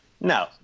No